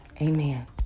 amen